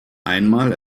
einmal